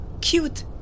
cute